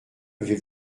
avez